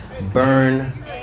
burn